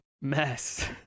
mess